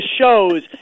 shows